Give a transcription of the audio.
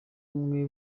umwe